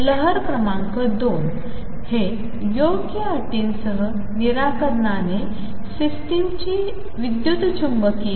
लहर क्रमांक २ हे योग्य अटींसह निराकरणाने सिस्टमची विद्युत्चुंबकीय